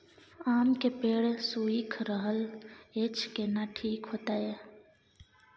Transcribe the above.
आम के पेड़ सुइख रहल एछ केना ठीक होतय?